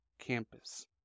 campus